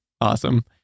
awesome